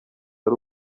ari